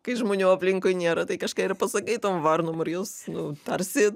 kai žmonių aplinkui nėra tai kažką ir pasakai tom varnom ir jos tarsi